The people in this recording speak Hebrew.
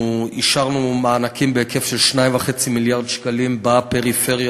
אנחנו אישרנו מענקים בהיקף של 2.5 מיליארד שקל בפריפריה,